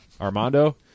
Armando